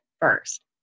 first